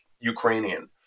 Ukrainian